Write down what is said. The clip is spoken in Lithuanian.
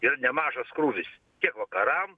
ir nemažas krūvis tiek vakaram